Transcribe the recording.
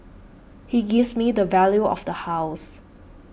he gives me the value of the house